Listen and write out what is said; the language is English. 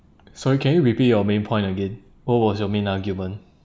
sorry can you repeat your main point again what was your main argument